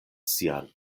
sian